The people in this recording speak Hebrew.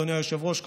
אדוני היושב-ראש,